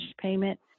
payment